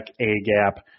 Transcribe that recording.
A-gap